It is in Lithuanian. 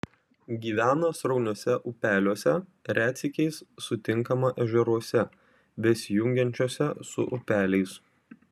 gyvena srauniuose upeliuose retsykiais sutinkama ežeruose besijungiančiuose su upeliais